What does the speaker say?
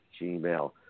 gmail